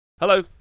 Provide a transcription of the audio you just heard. Hello